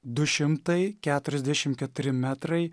du šimtai keturiasdešim keturi metrai